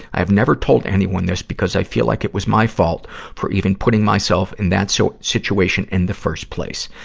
i've never told anyone thing, because i feel like it was my fault for even putting myself in that so situation in the first place.